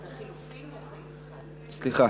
סליחה,